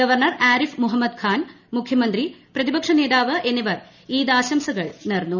governor Arif Mohammad Khan മുഖ്യമന്ത്രി പ്രതിപക്ഷനേതാവ് എന്നിവർ ഈദ് ആശംസകൾ നേർന്നു